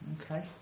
Okay